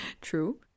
True